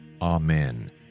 Amen